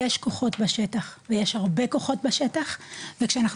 יש כוחות בשטח ויש הרבה כוחות בשטח וכשאנחנו